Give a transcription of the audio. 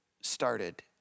started